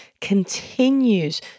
continues